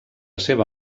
seva